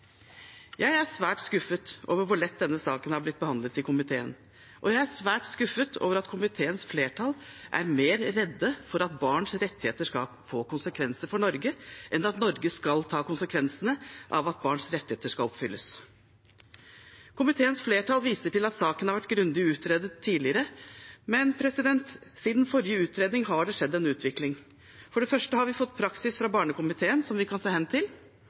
Jeg er svært skuffet over hvor lett denne saken er blitt behandlet i komiteen, og jeg er svært skuffet over at komiteens flertall er mer redde for at barns rettigheter skal få konsekvenser for Norge, enn at Norge skal ta konsekvensene av at barns rettigheter skal oppfylles. Komiteens flertall viser til at saken har vært grundig utredet tidligere, men siden forrige utredning har det skjedd en utvikling. For det første har vi fått praksis fra barnekomiteen som vi kan se hen til,